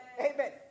Amen